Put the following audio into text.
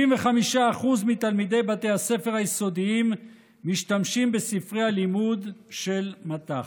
75% מתלמידי בתי הספר היסודיים משתמשים בספרי הלימוד של מט"ח.